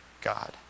God